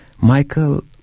Michael